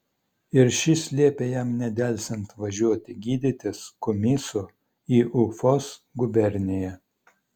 ir šis liepė jam nedelsiant važiuoti gydytis kumysu į ufos guberniją